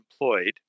employed